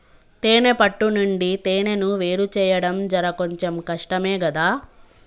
తేనే పట్టు నుండి తేనెను వేరుచేయడం జర కొంచెం కష్టమే గదా